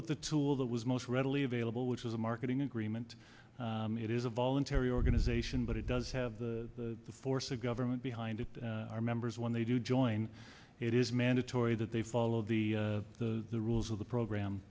with the tool that was most readily available which was a marketing agreement it is a voluntary organisation but it does have the force of government behind it our members when they do join it is mandatory that they follow the the the rules of the program